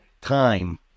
time